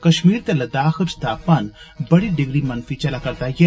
कष्मीर ते लद्दाख च तापमान बड़ी डिग्री मनफी चलैरदा ऐ